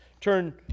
Turn